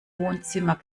wohnzimmer